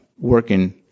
working